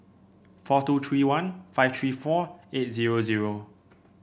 four two three one five three four eight zero zero